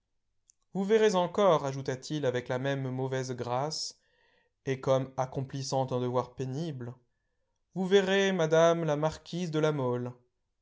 vous verrez encore ajouta-t-il avec la même mauvaise grâce et comme accomplissant un devoir pénible vous verrez mme la marquise de la mole